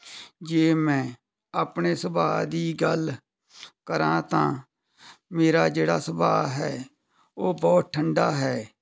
ਜੇ ਮੈਂ ਆਪਣੇ ਸੁਭਾਅ ਦੀ ਗੱਲ ਕਰਾਂ ਤਾਂ ਮੇਰਾ ਜਿਹੜਾ ਸੁਭਾਅ ਹੈ ਉਹ ਬਹੁਤ ਠੰਡਾ ਹੈ